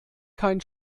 kein